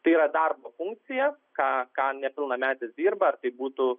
tai yra darbo funkcija ką ką nepilnametis dirba ar tai būtų